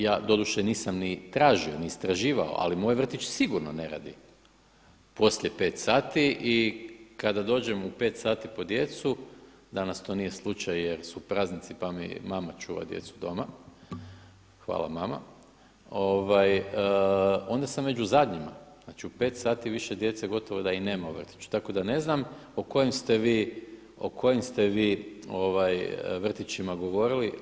Ja doduše nisam ni tražio, ni istraživao ali moj vrtić sigurno ne radi poslije pet sati i kada dođem u pet sati po djecu, danas to nije slučaj jer su praznici pa mi mama čuva djecu doma, hvala mama, ovaj onda sam među zadnjima, znači u pet sati više djece gotovo da i nema u vrtiću, tako da ne znam o kojem ste vi vrtićima govorili.